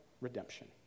redemption